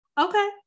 Okay